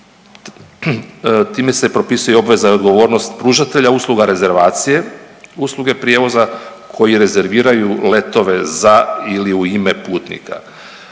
Time se propisuje obveza i odgovornost pružatelja usluga rezervacije usluge prijevoza koji rezerviraju letove za ili u ime putnika